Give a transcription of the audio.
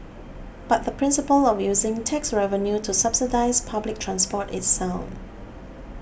but the principle of using tax revenue to subsidise public transport is sound